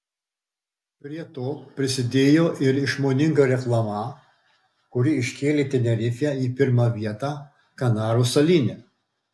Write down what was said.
prie to prisidėjo ir išmoninga reklama kuri iškėlė tenerifę į pirmą vietą kanarų salyne